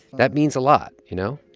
that means a lot, you know?